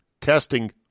testing